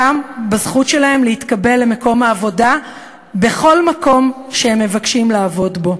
גם על הזכות שלהם להתקבל למקום העבודה בכל מקום שהם מבקשים לעבוד בו.